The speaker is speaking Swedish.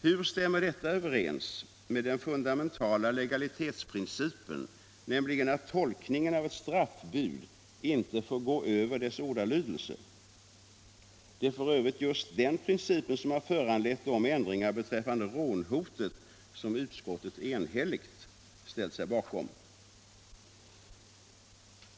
Hur stämmer detta överens med den fundamentala legalitetsprincipen, nämligen att tolkningen av ett straffbud inte får gå över dess ordalydelse? Det är för övrigt just den principen som har föranlett de ändringar beträffande rånhotet som utskottet enhälligt ställt sig bakom.